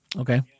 Okay